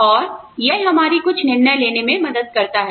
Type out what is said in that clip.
और यह हमारी कुछ निर्णय लेने में मदद करता है